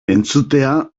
entzutea